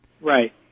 Right